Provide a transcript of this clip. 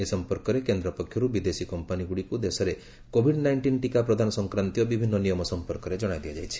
ଏ ସମ୍ପର୍କରେ କେନ୍ଦ୍ର ପକ୍ଷରୁ ବିଦେଶୀ କମ୍ପାନୀଗୁଡ଼ିକୁ ଦେଶରେ କୋଭିଡ୍ ନାଇଷ୍ଟିନ୍ ଟିକା ପ୍ରଦାନ ସଂକ୍ରାନ୍ତୀୟ ବିଭିନ୍ନ ନିୟମ ସମ୍ପର୍କରେ ଜଣାଇ ଦିଆଯାଇଛି